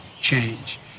change